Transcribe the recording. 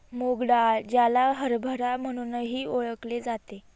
मूग डाळ, ज्याला हरभरा म्हणूनही ओळखले जाते